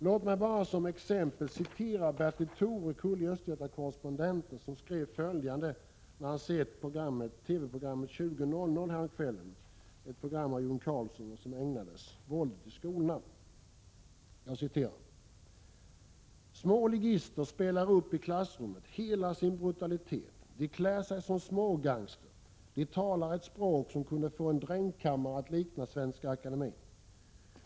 Låt mig bara som exempel citera vad Bertil Torekull skrev i Östgöta Correspondenten när han sett TV-programmet 20:00 häromkvällen, ett program som leddes av June Carlsson och som ägnades våldet i skolorna: ”Små ligister spelar upp i klassrummet hela sin brutalitet, de klär sig som smågangster, de talar ett språk som kunde få en drängkammare att likna Svenska Akademien.